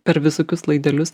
per visokius laidelius